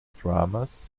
dramas